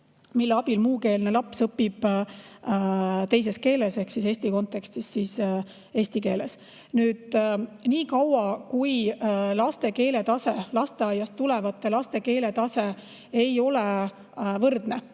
mille abil muukeelne laps õpib teises keeles ehk Eesti kontekstis eesti keeles. Nii kaua, kui lasteaiast tulevate laste keeletase ei ole võrdne